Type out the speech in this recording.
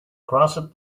crossed